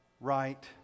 right